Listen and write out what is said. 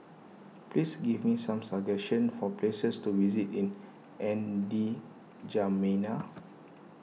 please give me some suggestion for places to visit in N'Djamena